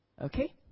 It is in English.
Okay